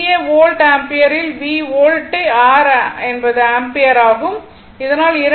VAr volt ஆம்பியரில் V volt r என்பது ampere ஆகவும் உள்ளது